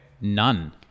none